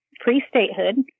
pre-statehood